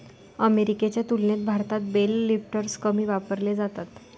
अमेरिकेच्या तुलनेत भारतात बेल लिफ्टर्स कमी वापरले जातात